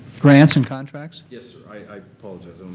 grants and contracts. yes sir, i apologize,